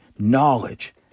knowledge